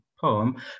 poem